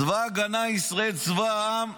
צבא ההגנה לישראל הוא צבא העם,